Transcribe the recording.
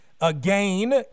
Again